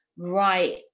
right